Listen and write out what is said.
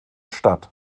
statt